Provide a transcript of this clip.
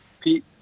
Pete